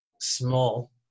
small